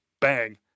Bang